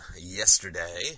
yesterday